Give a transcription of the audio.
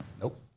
Nope